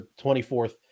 24th